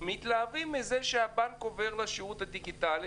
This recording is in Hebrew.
מתלהבים מזה שהבנק עובר לשירות הדיגיטלי,